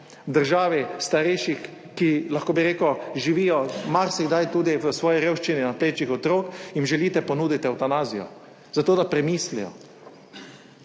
državi starejših, ki, lahko bi rekel, živijo marsikdaj tudi v svoji revščini na plečih otrok, jim želite ponuditi evtanazijo zato, da premislijo.